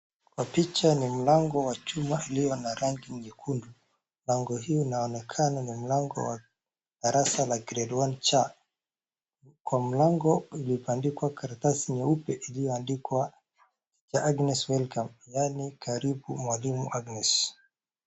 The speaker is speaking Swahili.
Kwa picha ni mlango wa chuma ulio na rangi nyekundu. Mlango hii inaonekana ni mlango wa darasa wa grade one c .Kwa mlango kuna karatasi nyeupe iliyondikwa Tr.Agnes welcome yaani karibu mwalimu Agnes.